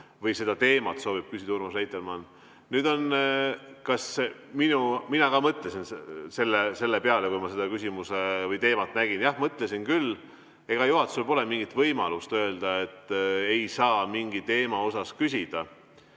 või sellel teemal soovib küsida Urmas Reitelmann. Nüüd, kas mina ka mõtlesin selle peale, kui ma seda küsimust või teemat nägin – jah, mõtlesin küll. Ega juhatusel pole mingit võimalust öelda, et ei saa mingi teema kohta küsida.